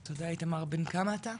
תודה, איתמר, בן כמה אתה?